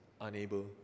unable